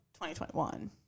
2021